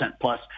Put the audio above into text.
plus